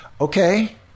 Okay